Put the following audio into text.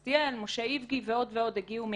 קסטיאל, משה איבגי ועוד ועוד הגיעו מאיתנו.